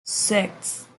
six